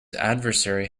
adversary